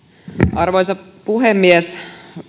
arvoisa puhemies